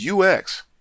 UX